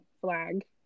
flag